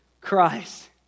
Christ